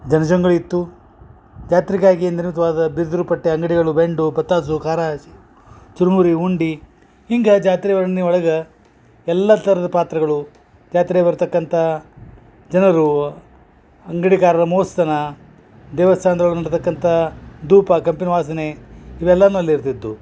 ಜನ ಜಂಗುಳಿ ಇತ್ತು ಜಾತ್ರೆಗಾಗಿ ನಿರ್ಮಿತವಾದ ಬಿದ್ರು ಪಟ್ಯ ಅಂಗಡಿಗಳು ಬೆಂಡು ಪತ್ತಾಸು ಖಾರ ಚುರ್ಮುರಿ ಉಂಡಿ ಹಿಂಗ ಜಾತ್ರೆ ಓಣ್ಣಿ ಒಳಗ ಎಲ್ಲ ಥರ್ದ ಪಾತ್ರೆಗಳು ಜಾತ್ರೆಗ ಬರ್ತಕ್ಕಂತಹ ಜನರು ಅಂಗಡಿಕಾರ್ರ ಮೋಸ್ತನ ದೇವಸ್ಥಾನ್ದೊಳ್ಗ ನಡ್ತಕ್ಕಂಥ ಧೂಪ ಕಂಪಿನ ವಾಸನೆ ಇವೆಲ್ಲನು ಅಲ್ಲಿರ್ತಿದ್ದು